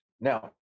Now